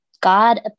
God